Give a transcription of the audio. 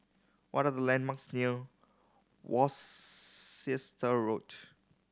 what are the landmarks near Worcester Road